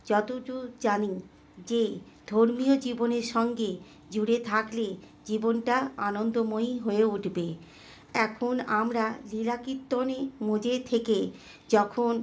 যতদূর জানি যে ধর্মীয় জীবনের সঙ্গে জুড়ে থাকলে জীবনটা আনন্দময়ী হয়ে উঠবে এখন আমরা লীলাকীর্তনে মজে থেকে যখন